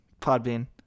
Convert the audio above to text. Podbean